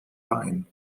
wein